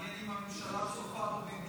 מעניין אם הממשלה צופה בו